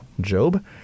Job